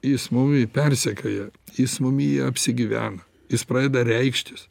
jis mumi persekioja jis mumyje apsigyvena jis pradeda reikštis